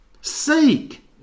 seek